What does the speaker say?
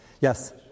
Yes